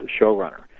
showrunner